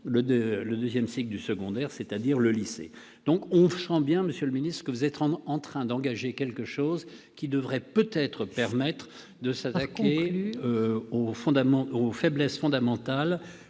le deuxième cycle du secondaire, c'est-à-dire le lycée. On sent bien, monsieur le ministre, que vous êtes en train d'engager une évolution qui pourrait permettre de s'attaquer aux faiblesses fondamentales